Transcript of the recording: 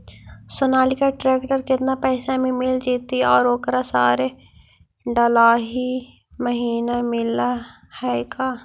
Sonalika tractor केतना पैसा में मिल जइतै और ओकरा सारे डलाहि महिना मिलअ है का?